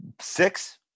Six